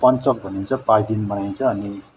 पञ्चक भनिन्छ पाँच दिन मनाइन्छ अनि